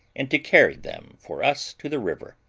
and to carry them for us to the river,